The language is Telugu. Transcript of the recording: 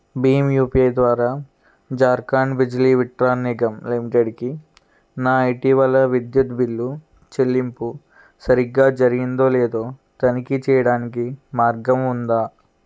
భీమ్ యూపిఐ ద్వారా జార్ఖాండ్ బిజ్లి విట్రాన్ నిగమ్ లిమిటెడ్కి నా ఇటీవల విద్యుత్ బిల్లు చెల్లింపు సరిగ్గా జరిగిందో లేదో తనిఖీ చేయడానికి మార్గం ఉందా